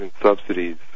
subsidies